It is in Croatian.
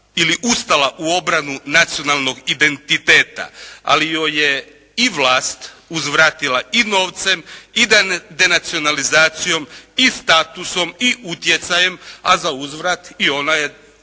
ustala u obranu nacionalnog identiteta, ali joj je i vlast uzvratila i novcem i denacionalizacijom i statusom i utjecajem, a zauzvrat i ona je često